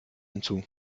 hinzu